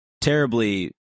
terribly